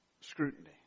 scrutiny